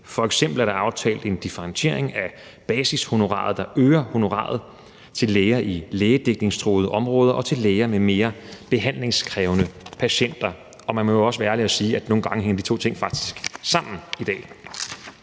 F.eks. er der aftalt en differentiering af basishonoraret, hvilket øger honoraret til læger i lægedækningstruede områder og til læger med mere behandlingskrævende patienter. Og man må jo også være ærlig og sige, at nogle gange hænger de to ting faktisk sammen i dag.